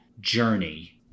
journey